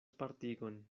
partigon